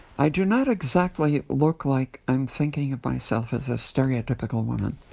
i do not exactly look like i'm thinking of myself as a stereotypical woman